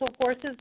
forces